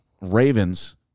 Ravens